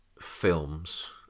films